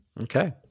Okay